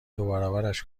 دوبرابرش